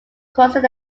crossing